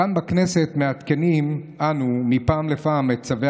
כאן בכנסת מעדכנים אנו מפעם לפעם את צווי